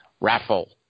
raffle